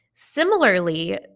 Similarly